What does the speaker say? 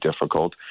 difficult